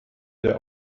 der